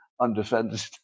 undefended